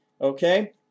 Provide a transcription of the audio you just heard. Okay